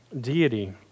deity